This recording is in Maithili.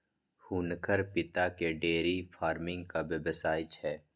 हुनकर पिताकेँ डेयरी फार्मिंगक व्यवसाय छै